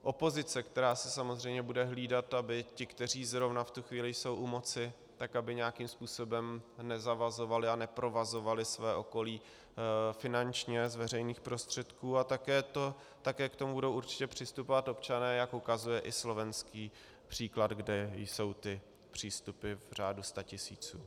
opozice, která si samozřejmě bude hlídat, aby ti, kteří zrovna v tu chvíli jsou u moci, tak aby nějakým způsobem nezavazovali a neprovazovali své okolí finančně z veřejných prostředků, a také k tomu budou určitě přistupovat občané, jak ukazuje i slovenský příklad, kde jsou přístupy v řádu statisíců.